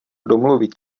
domluvit